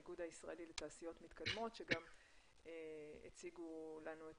האיגוד הישראלי לתעשיות מתקדמות שגם הציגו לנו את